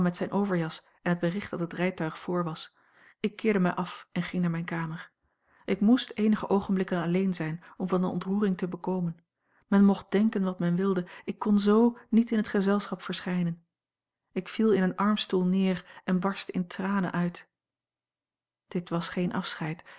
zijne overjas en het bericht dat het rijtuig voor was ik keerde mij af en ging naar mijne kamer ik moest eenige oogenblikken alleen zijn om van de ontroering te bekomen men mocht denken wat men wilde ik kon z niet in het gezelschap verschijnen ik viel in een armstoel neer en barstte in tranen uit dit was geen afscheid